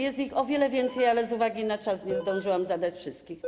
Jest ich o wiele więcej, ale z uwagi na czas nie zdążyłam zadać wszystkich pytań.